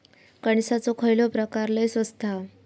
कणसाचो खयलो प्रकार लय स्वस्त हा?